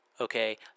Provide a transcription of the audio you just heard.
Okay